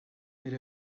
elle